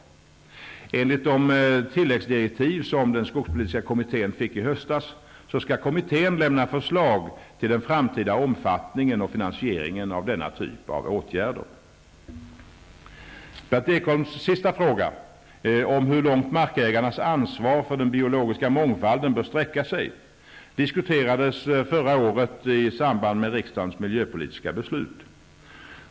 Enligt de tilläggsdirektiv som den skogspolitiska kommittén fick i höstas skall kommittén lämna förslag till den framtida omfattningen och finansieringen av denna typ av åtgärder. Berndt Ekholms sista fråga om hur långt markägarens ansvar för den biologiska mångfalden bör sträcka sig diskuterades förra året i samband med riksdagens miljöpolitiska beslut.